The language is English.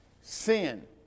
Sin